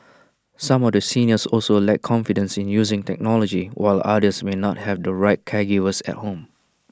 some of the seniors also lack confidence in using technology while others may not have the right caregivers at home